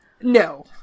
no